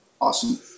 awesome